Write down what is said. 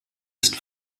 ist